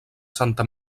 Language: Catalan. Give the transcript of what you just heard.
santa